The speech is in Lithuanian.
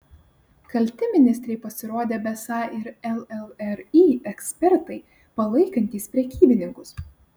kalti ministrei pasirodė besą ir llri ekspertai palaikantys prekybininkus